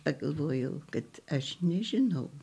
pagalvojau kad aš nežinau